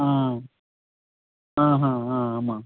ఆహా అమ్మా